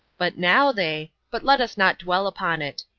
but now they but let us not dwell upon it.